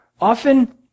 Often